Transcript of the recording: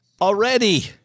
Already